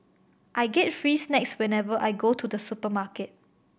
I get free snacks whenever I go to the supermarket